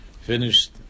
finished